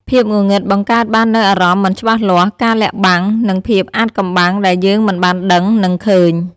ភាពងងឹតបង្កើតបាននូវអារម្មណ៍មិនច្បាស់លាស់ ការលាក់បាំង និងភាពអាថ៌កំបាំងដែលយើងមិនបានដឹង នឹងឃើញ ។